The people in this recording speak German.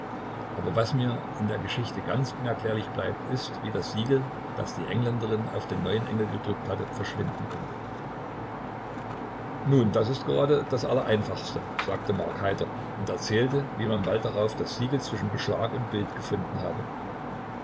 aber was mir in der geschichte ganz unerklärlich bleibt ist wie das siegel das die engländerin auf den neuen engel aufgedrückt hatte verschwinden konnte nun das ist gerade das allereinfachste sagte mark heiter und erzählte wie man bald darauf das siegel zwischen beschlag und bild gefunden habe